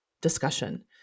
discussion